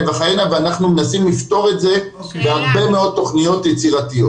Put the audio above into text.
וכהנה ואנחנו מנסים לפתור את זה בהרבה מאוד תכניות יצירתיות.